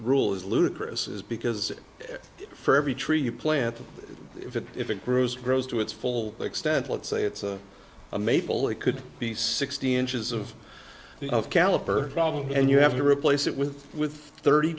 rule is ludicrous is because for every tree you planted it if it grows grows to its full extent let's say it's a maple it could be sixty inches of the of caliper problem and you have to replace it with with thirty